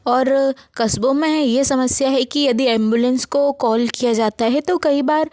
और कस्बों मे ये समस्या है कि यदि एम्बुलेंस को कॉल किया जाता है तो कई बार